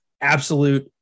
absolute